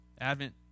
Advent